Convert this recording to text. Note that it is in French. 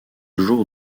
jour